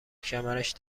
کمرش